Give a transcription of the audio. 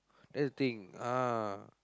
that's the thing ah